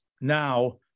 now